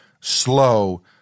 slow